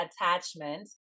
attachment